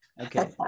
okay